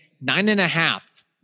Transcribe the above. nine-and-a-half